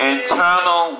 Internal